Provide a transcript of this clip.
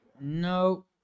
No